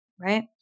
right